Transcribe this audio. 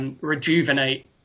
Rejuvenate